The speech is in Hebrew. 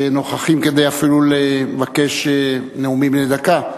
אפילו כדי לבקש נאומים בני דקה.